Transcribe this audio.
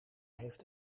heeft